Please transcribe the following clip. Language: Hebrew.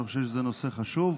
אני חושב שזה נושא חשוב,